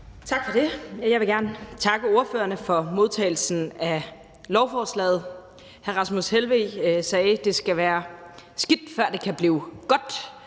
Tak for det. Jeg vil gerne takke ordførerne for modtagelsen af lovforslaget. Hr. Rasmus Helveg Petersen sagde, at det skal være skidt, før det kan blive godt,